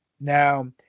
Now